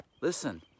listen